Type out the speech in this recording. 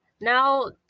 now